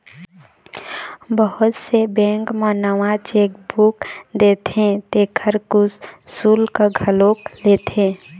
बहुत से बेंक ह नवा चेकबूक देथे तेखर कुछ सुल्क घलोक लेथे